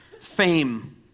fame